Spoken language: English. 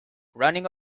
running